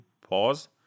pause